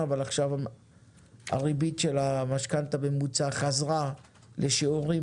אבל עכשיו הריבית של המשכנתא הממוצעת חזרה לשיעורים